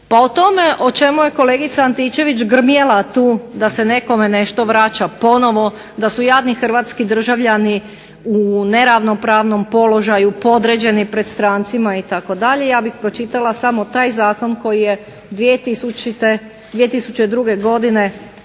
Pa o tome o čemu je kolegica Antičević grmjela tu da se nekome nešto vraća ponovo, da su jadni hrvatski državljani u neravnopravnom položaju podređeni pred strancima itd. ja bih pročitala samo taj zakon koji je 2002. godine